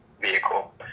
vehicle